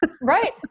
Right